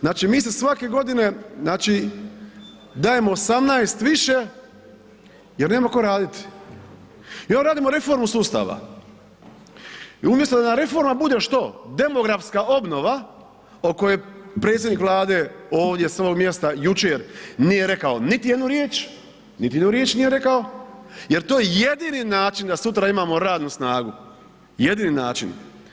Znači, mi se svake godine, znači dajemo 18 više jer nema tko raditi i onda radimo reformu sustava i umjesto da nam reforma bude što, demografska obnova o kojoj predsjednik Vlade ovdje s ovog mjesta jučer nije rekao niti jednu riječ, niti jednu riječ nije rekao jer to je jedini način da sutra imamo radnu snagu, jedini način.